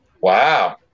Wow